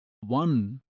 one